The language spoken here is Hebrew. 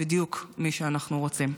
בדיוק מי שאנחנו רוצים.